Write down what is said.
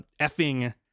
effing